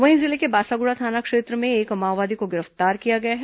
वहीं जिले के बासागुड़ा थाना क्षेत्र में एक माओवादी को गिरफ्तार किया गया है